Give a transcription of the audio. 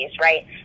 right